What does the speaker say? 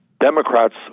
Democrats